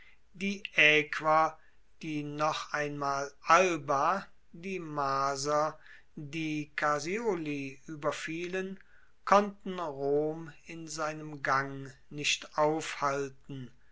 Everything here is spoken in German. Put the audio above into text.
die aequer die noch einmal alba die marser die carsioli ueberfielen konnten rom in seinem gang nicht aufhalten